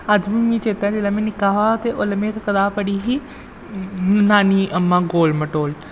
अज्ज बी मिगी चेता ऐ जेल्लै में निक्का हा ते उसलै में इक कताब पढ़ी ही नानी अम्मा गोल मटोल